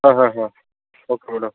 okay madam